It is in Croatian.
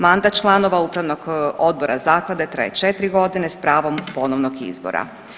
Mandat članova Upravnog odbora zaklade traje 4.g. s pravom ponovnog izbora.